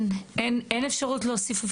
אין אפשרות להוסיף,